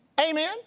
Amen